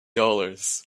dollars